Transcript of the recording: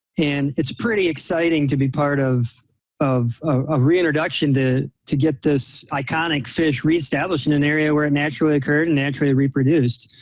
and it's pretty exciting to be part of of ah reintroduction to to get this iconic fish reestablished in an area where it naturally occurred and naturally reproduced.